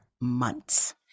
months